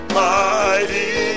mighty